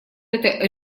это